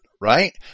right